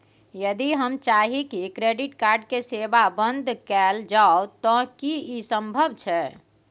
यदि हम चाही की क्रेडिट कार्ड के सेवा बंद कैल जाऊ त की इ संभव छै?